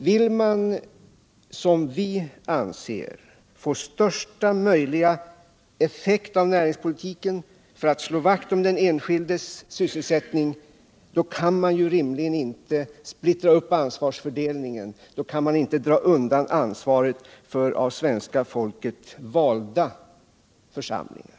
Vill man såsom vi få största möjliga effekt av näringspolitiken för att slå vakt om den enskildes sysselsättning, då kan man rimligen inte splittra upp ansvarsfördelningen, då kan man inte dra undan ansvaret från av svenska folket valda församlingar.